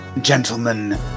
Gentlemen